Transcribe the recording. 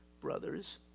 brothers